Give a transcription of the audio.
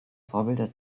vorbilder